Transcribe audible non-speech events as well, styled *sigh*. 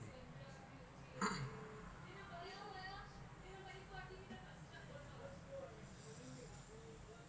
*noise*